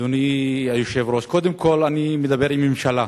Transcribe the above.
אדוני היושב-ראש, קודם כול אני מדבר עם ממשלה.